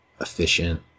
efficient